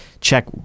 Check